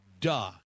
Duh